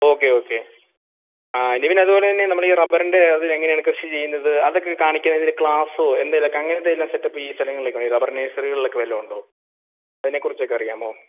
okay okay ആ നിവിൻ അതുപോലെത്തന്നെ നമ്മൾ ഈ റബ്ബറിൻ്റെ അതിൽ എങ്ങനെയാണ് കൃഷി ചെയ്യുന്നത് അതൊക്കെ കാണിക്കാൻ എന്തെങ്കിലും ക്ലാസോ എന്തെങ്കിലും ഒക്കെ അങ്ങനെത്തെ എല്ലാം സെറ്റപ്പ് ഈ സ്ഥലങ്ങളിലെക്കെ റബർ നഴ്സറികൾ ഒക്കെ വല്ലതും ഉണ്ടോ അതിനെക്കുറിച്ച് ഒക്കെ അറിയാമോ